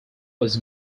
was